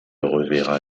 reverra